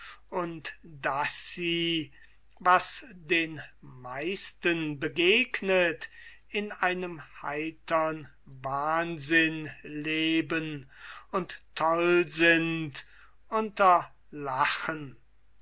und daß sie was den meisten begegnet in einem heitern wahnsinn leben und toll sind unter lachen